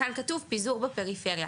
כאן כתוב פיזור בפריפריה.